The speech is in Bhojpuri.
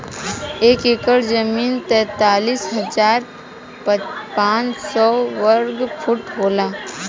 एक एकड़ जमीन तैंतालीस हजार पांच सौ साठ वर्ग फुट होला